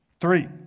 three